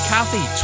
Kathy